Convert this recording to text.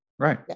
Right